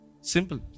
Simple